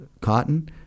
Cotton